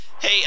Hey